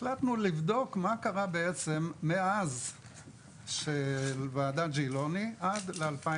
החלטנו לבדוק מה קרה בעצם מאז וועדת ז'ילוני ומלינוביץ' ועד 2006